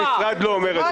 המשרד לא אומר את זה.